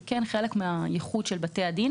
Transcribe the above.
זה כן חלק מהייחוד של בתי הדין,